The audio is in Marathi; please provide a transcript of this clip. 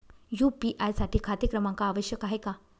यू.पी.आय साठी खाते क्रमांक आवश्यक आहे का?